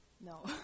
No